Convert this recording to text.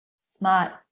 smart